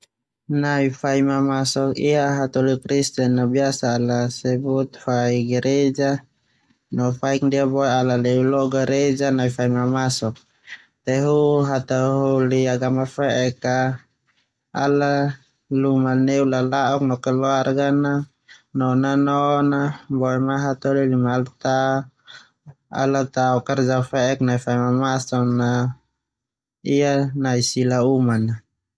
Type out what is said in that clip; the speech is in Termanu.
Nai fai mamsok ia hataholi kristen a bisa ala sebut fai gereja no faik ndia boe ala leu lo gereja nai fai mammasok, tehu hataholi agama fe'ek ala luma neu lala, ok no kelurga, no nanon a, boema hataholi luma ala tao kerja fek nai fai mamson ia nai sila uman.